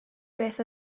beth